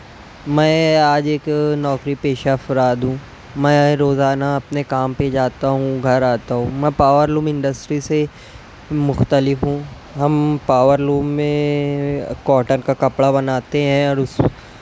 میں آج ایک نوکری پیشہ افراد ہوں میں روزانہ اپنے کام پہ جاتا ہوں گھر آتا ہوں میں پاور لوم انڈسٹری سے مختلف ہوں ہم پاور لوم میں کوٹن کا کپڑا بناتے ہیں اور اس